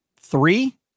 Three